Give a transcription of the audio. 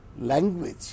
language